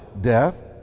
death